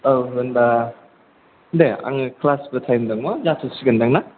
औ होनबा दे आङो ख्लासबो थाइम दङ जाथ' सिगोनदां ना